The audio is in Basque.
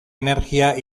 energia